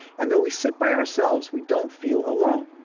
and though we sit by ourselves, we don't feel alone.